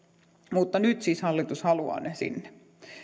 mutta nyt siis hallitus haluaa ne sinne